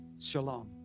shalom